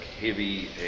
heavy